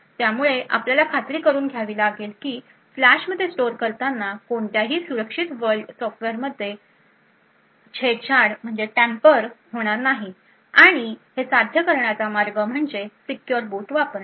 त्यामुळे आपल्याला खात्री करून घ्यावी लागेल की फ्लॅशमध्ये स्टोअर करताना कोणत्याही सुरक्षित वर्ल्ड सॉफ्टवेयरमध्ये छेडछाड होणार नाही आणि आणि हे साध्य करण्याचा मार्ग म्हणजे सीक्युर बूट वापरणे